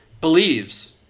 believes